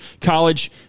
College